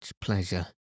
pleasure